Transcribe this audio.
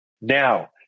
Now